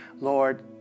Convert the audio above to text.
Lord